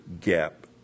gap